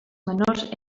menors